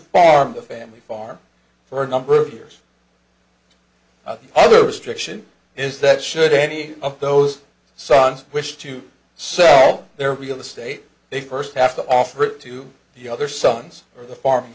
farm the family farm for a number of years others direction is that should any of those sons wish to sell their real estate they first have to offer it to the other sons or the farm